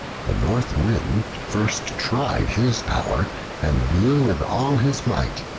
the north wind first tried his power and blew with all his might,